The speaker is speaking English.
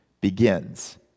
begins